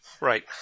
Right